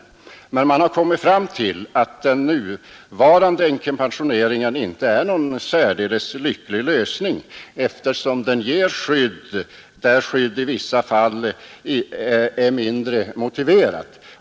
Men kommittén har kommit fram till att den nuvarande änkepensioneringen inte är någon särskilt lycklig lösning, eftersom den ger skydd där detta i vissa fall är mindre motiverat.